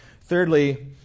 Thirdly